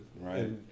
Right